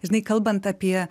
žinai kalbant apie